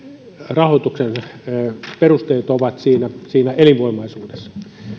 rahoituksen perusteet on elinvoimaisuudessa